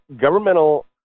governmental